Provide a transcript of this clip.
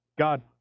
God